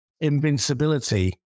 invincibility